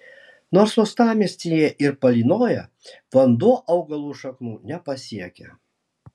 nors uostamiestyje ir palynoja vanduo augalų šaknų nepasiekia